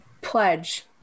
pledge